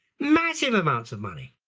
massive amounts of money.